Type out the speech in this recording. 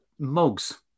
Mugs